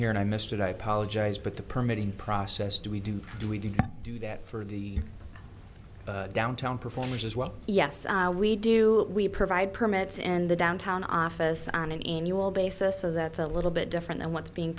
here and i missed it i apologize but the permitting process do we do do we did do that for the downtown performers as well yes we do we provide permits in the downtown office on an annual basis so that's a little bit different than what's being